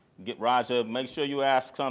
get rise up, make sure you ask some,